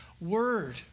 word